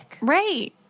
Right